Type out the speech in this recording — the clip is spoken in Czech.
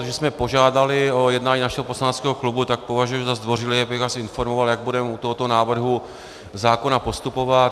Protože jsme požádali o jednání našeho poslaneckého klubu, tak považuji za zdvořilé, abych vás informoval, jak budeme u tohoto návrhu zákona postupovat.